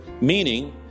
meaning